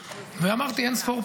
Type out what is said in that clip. זה כנראה קצת משפיע.